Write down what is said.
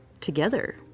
together